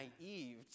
naive